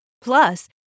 Plus